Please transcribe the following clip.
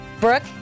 Brooke